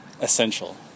essential